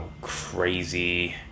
crazy